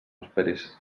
esperis